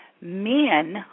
men